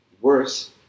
worse